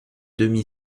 demi